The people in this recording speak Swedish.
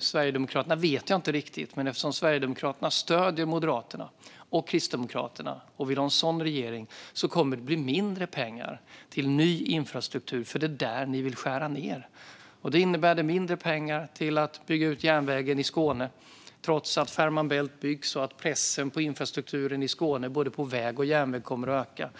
Sverigedemokraterna vet jag inte riktigt, men eftersom Sverigedemokraterna stöder Moderaterna och Kristdemokraterna och vill ha en sådan regering kommer det att bli mindre pengar till ny infrastruktur. Det är ju där ni vill skära ned. Det innebär mindre pengar till att bygga ut järnvägen i Skåne, trots att Fehmarn Bält byggs och att pressen på infrastrukturen i Skåne både på väg och järnväg kommer att öka.